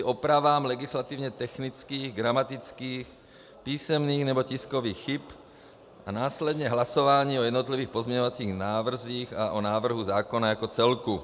Opravám legislativně technických, gramatických, písemných nebo tiskových chyb a následně hlasování o jednotlivých pozměňovacích návrzích a o návrhu zákona jako celku.